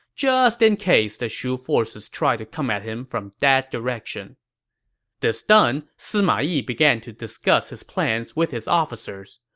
just in case the shu forces tried to come at him from that direction this done, sima yi began to discuss his plans with his officers.